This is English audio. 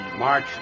March